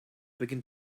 begin